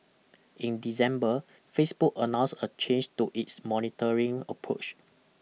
in December Facebook announced a change to its monitoring approach